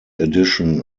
edition